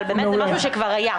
אבל באמת זה משהו שכבר היה,